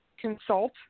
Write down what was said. consult